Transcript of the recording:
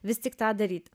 vis tik tą daryt